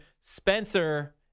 Spencer